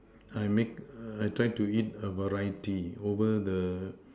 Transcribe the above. I make err I try to eat a variety over the